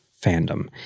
fandom